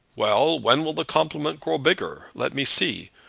well when will the compliment grow bigger? let me see.